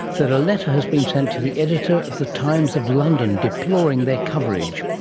that a letter has been sent to the editor of the times of london deploring their coverage.